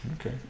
Okay